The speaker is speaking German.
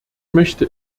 möchte